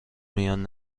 میان